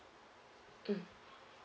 mm